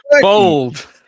bold